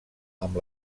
amb